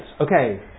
Okay